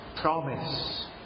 promise